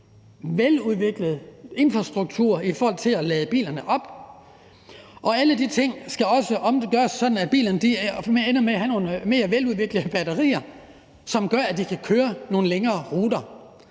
veludviklet infrastruktur i forhold til at lade bilerne op. Og alting skal også gøres sådan, at lastbilerne ender med at have mere veludviklede batterier, som gør, at de kan køre nogle længere ruter.